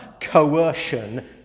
coercion